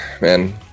man